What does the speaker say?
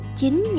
chính